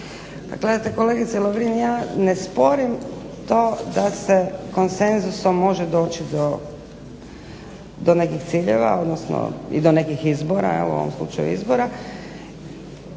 Gledajte kolegice Lovrin ja ne sporim to da se konsenzusom može doći do nekih ciljeva i do nekih izbora u ovom slučaju izbora